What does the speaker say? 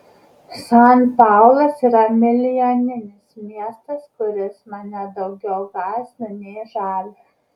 san paulas yra milijoninis miestas kuris mane daugiau gąsdina nei žavi